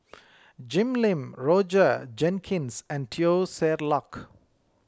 Jim Lim Roger Jenkins and Teo Ser Luck